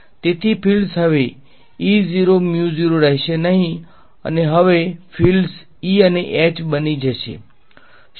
તેથી ફિલ્ડ્સહવે રહેશે નહીં અને હવે ફિલ્ડ્સ E અને H બની જશે